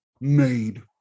made